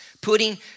Putting